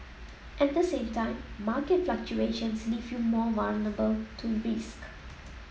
at the same time market fluctuations leave you more vulnerable to risk